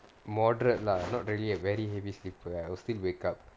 moderate lah not really a very heavy slipper I will still wake up